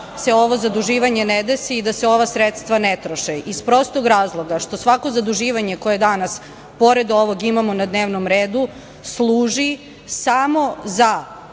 se ovo zaduživanje ne desi i da se ova sredstva ne troše, iz prostog razloga što svako zaduživanje koje danas pored ovog imamo na dnevnom redu služi samo za